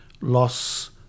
loss